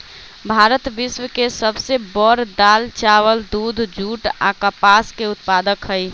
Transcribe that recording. भारत विश्व के सब से बड़ दाल, चावल, दूध, जुट आ कपास के उत्पादक हई